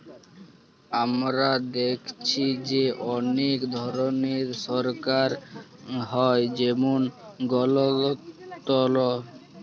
আমরা দ্যাখেচি যে অলেক ধরলের সরকার হ্যয় যেমল গলতলতর